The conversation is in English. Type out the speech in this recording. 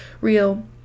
real